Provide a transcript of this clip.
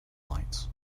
lights